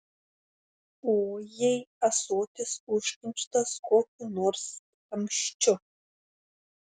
o jei ąsotis užkimštas kokiu nors kamščiu